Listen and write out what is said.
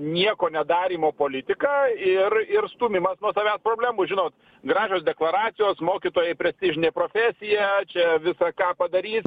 nieko nedarymo politika ir ir stūmimas nuo savęs problemų žinot gražios deklaracijos mokytojai prestižinė profesija čia visa ką padarys